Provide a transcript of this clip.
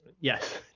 Yes